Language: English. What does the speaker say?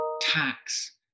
tax